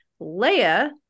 Leia